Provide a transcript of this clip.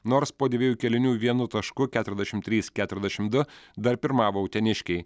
nors po dviejų kėlinių vienu tašku keturiasdešimt trys keturiasdešimt du dar pirmavo uteniškiai